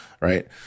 right